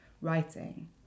writing